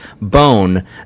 bone